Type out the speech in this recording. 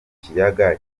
kiyaga